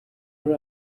kuri